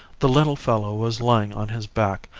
the little fellow was lying on his back,